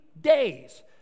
days